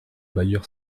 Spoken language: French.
bailleur